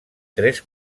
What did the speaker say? tres